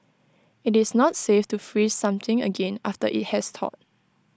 IT is not safe to freeze something again after IT has thawed